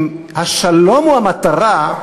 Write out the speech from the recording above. אם השלום הוא המטרה,